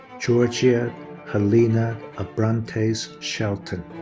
georgia helena abrantes shelton.